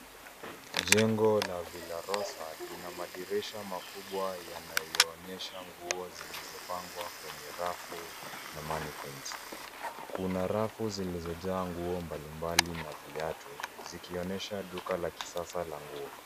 Jengo la Villa Rosa lina madirisha makubwa yanayoonyesha nguo zilizopangwa kwenye rafu na mannequins . Kuna rafu zilizojaa nguo mbalimbali na viatu, zikionyesha duka la kisasa la nguo.